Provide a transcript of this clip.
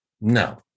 No